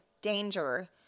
danger